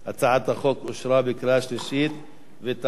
הצעת החוק אושרה בקריאה שלישית, ותיכנס